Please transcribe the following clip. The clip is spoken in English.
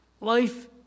life